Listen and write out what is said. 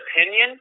opinion